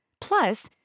Plus